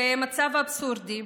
זה מצב אבסורדי.